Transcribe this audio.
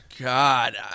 god